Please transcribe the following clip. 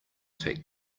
take